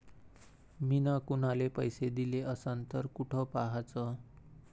मिन कुनाले पैसे दिले असन तर कुठ पाहाचं?